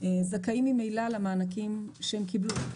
זכאים ממילא למענקים שהם קיבלו.